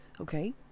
okay